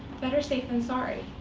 better safe than sorry.